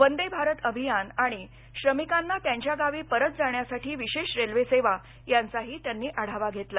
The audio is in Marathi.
वंदे भारत अभियान आणि श्रमिकांना त्यांच्या गावी परत जाण्यासाठी विशेष रेल्वेसेवा यांचाही त्यांनी आढावा घेतला